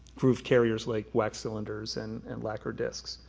groove carriers like wax cylinders and and lacquer discs.